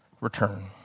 return